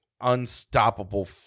unstoppable